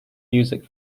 music